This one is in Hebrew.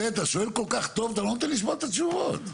הוא יודע שהוא בא לארץ, מקבל תעודת מעבר.